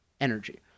energy